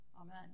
Amen